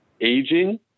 aging